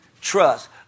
Trust